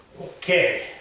Okay